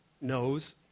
knows